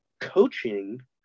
coaching